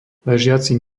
ležiaci